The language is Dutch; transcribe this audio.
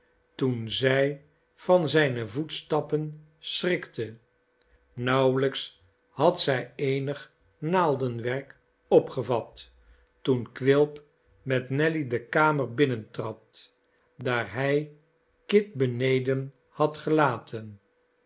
toen zij van zijne voetstappen schrikte nauwelijks had zij eenig naaldenwerk opgevat toen quilp met nelly de kamer binnentrad daar hij kit beneden had gelaten